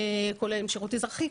כולל עם השירות האזרחי,